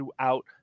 throughout